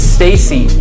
Stacy